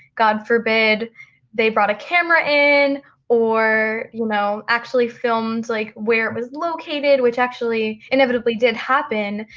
god forbid they brought a camera in or, you know, actually filmed like where it was located, which actually inevitably did happen.